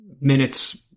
minutes